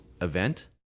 event